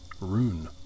rune